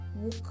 walk